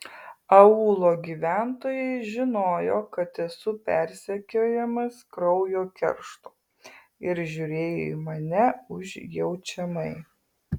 aūlo gyventojai žinojo kad esu persekiojamas kraujo keršto ir žiūrėjo į mane užjaučiamai